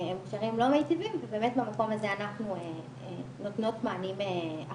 הם קשרים לא מיטיבים ובאמת מהמקום הזה אנחנו נותנות מענים אחרים.